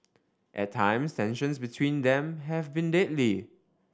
at times tensions between them have been deadly